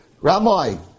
Ramai